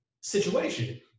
situation